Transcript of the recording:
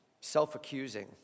Self-accusing